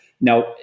Now